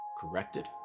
corrected